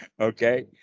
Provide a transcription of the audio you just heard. Okay